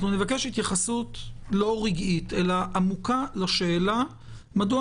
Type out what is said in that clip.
אנחנו נבקש התייחסות לא רגעית אלא עמוקה לשאלה מדוע